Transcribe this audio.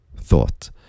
thought